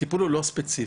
הטיפול הוא לא ספציפי,